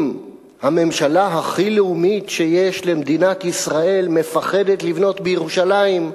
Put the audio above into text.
אם הממשלה הכי לאומית שיש למדינת ישראל מפחדת לבנות בירושלים,